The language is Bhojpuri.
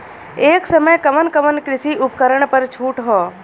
ए समय कवन कवन कृषि उपकरण पर छूट ह?